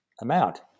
amount